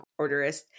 orderist